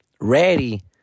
ready